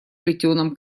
плетеном